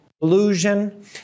illusion